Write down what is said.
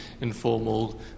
informal